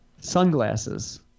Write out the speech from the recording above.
Sunglasses